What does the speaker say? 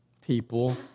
People